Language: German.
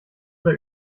oder